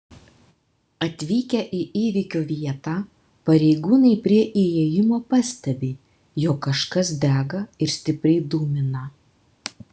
atvykę į įvykio vietą pareigūnai prie įėjimo pastebi jog kažkas dega ir stipriai dūmina